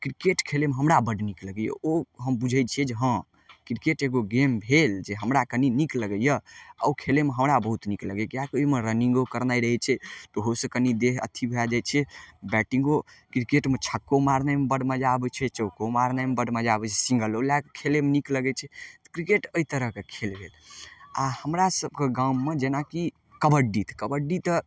cricket खेलयमे हमरा बड्ड नीक लगैय ओ हम बुझय छियै जे हँ क्रिकेट एगो गेम भेल जे हमरा कनी नीक लगैये आओर ओ खेलयमे हमरा बहुत नीक लगैये किएककि ओइमे रनिंगो करनाइ रहय छै तऽ ओहोसँ कनी देह अथी भए जाइ छै बैटिंगो क्रिकेटमे छक्को मारनेमे बड्ड मजा आबय छै चौको मारनेमे बड्ड मजा आबय छै सिंगलो लएके खेलयमे नीक लगय छै तऽ क्रिकेट अइ तरहक खेल भेल आओर हमरा सबके गाममे जेनाकि कबड्डी कबड्डी तऽ